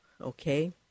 Okay